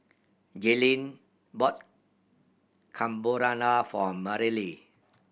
Jaylen bought Carbonara for Marilee